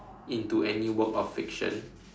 into any work of fiction